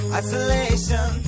isolation